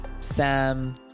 Sam